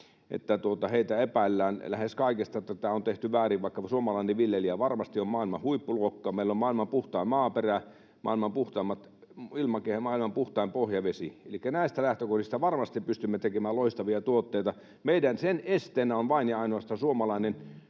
että heitä epäillään lähes kaikesta, että tämä on tehty väärin, vaikka suomalainen viljelijä varmasti on maailman huippuluokkaa. Meillä on maailman puhtain maaperä, maailman puhtain ilmakehä, maailman puhtain pohjavesi, ja näistä lähtökohdista varmasti pystymme tekemään loistavia tuotteita. Sen esteenä on vain ja ainoastaan suomalainen